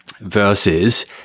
Versus